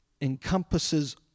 encompasses